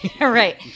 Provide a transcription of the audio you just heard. Right